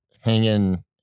Hanging